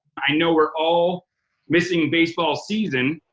i know we're all missing baseball season,